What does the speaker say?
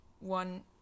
one